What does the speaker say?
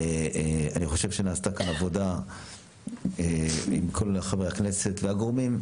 אני חושב שנעשתה כאן עבודה עם כל חברי הכנסת והגורמים.